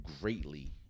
greatly